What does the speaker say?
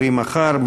קרי מחר,